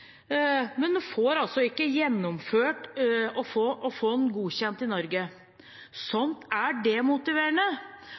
men får den ikke godkjent i Norge.